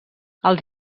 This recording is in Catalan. els